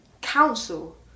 council